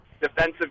defensive